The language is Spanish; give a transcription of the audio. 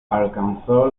alcanzó